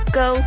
go